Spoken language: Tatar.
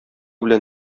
белән